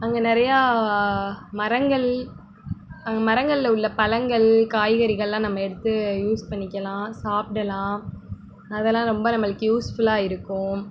அங்கே நிறையா மரங்கள் அங்கே மரங்களில் உள்ள பழங்கள் காய்கறிகள்லாம் நம்ம எடுத்து யூஸ் பண்ணிக்கலாம் சாப்பிடலாம் அதெல்லாம் ரொம்ப நம்மளுக்கு யூஸ்ஃபுல்லாக இருக்கும்